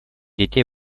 детей